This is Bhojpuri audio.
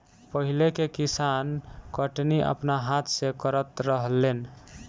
पहिले के किसान कटनी अपना हाथ से करत रहलेन